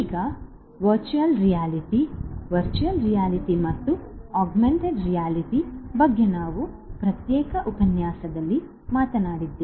ಈಗ virtual reality virtual reality ಮತ್ತು augmented reality ಬಗ್ಗೆ ನಾವು ಪ್ರತ್ಯೇಕ ಉಪನ್ಯಾಸದಲ್ಲಿ ಮಾತನಾಡಿದ್ದೇವೆ